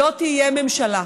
לא תהיה ממשלה,